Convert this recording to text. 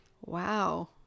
wow